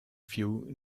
few